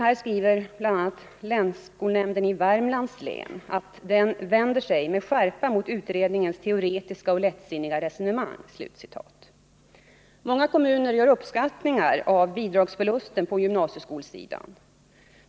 a. uttalade länsskolnämnden i Värmlands län att den ”vände sig med skärpa mot utredningens teoretiska och lättsinniga resonemang”. Många kommuner gör uppskattningar av bidragsförlusten på gymnasieskolsidan.